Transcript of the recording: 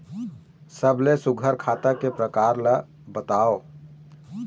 सबले सुघ्घर खाता के प्रकार ला बताव?